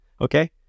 okay